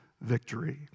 victory